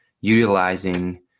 utilizing